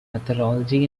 methodology